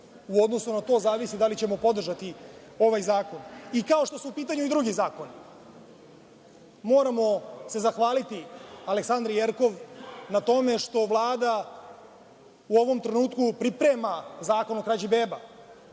U odnosu na to zavisi da li ćemo podržati ovaj zakon i kao što su u pitanju i drugi zakoni. Moramo se zahvaliti Aleksandri Jerkov na tome što Vlada u ovom trenutku priprema zakon o krađi beba,